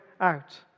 out